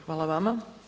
Hvala vama.